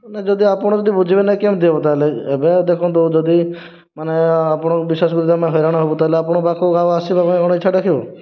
ନା ଯଦି ଆପଣ ଯଦି ବୁଝିବେ ନାହିଁ କେମିତି ହେବ ତାହେଲେ ଏବେ ଆଉ ଦେଖନ୍ତୁ ଯଦି ମାନେ ଆପଣଙ୍କୁ ବିଶ୍ୱାସ କରିକି ଯଦି ଆମେ ହଇରାଣ ହେବୁ ତାହେଲେ ଆପଣଙ୍କ ପାଖକୁ ଆଉ ଆସିବା ପାଇଁ କଣ ଇଛା ଡାକିବ